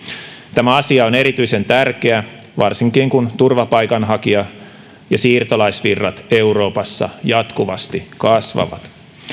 tämä asia on erityisen tärkeä varsinkin kun turvapaikanhakija ja siirtolaisvirrat euroopassa jatkuvasti kasvavat